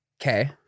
Okay